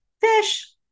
Fish